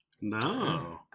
No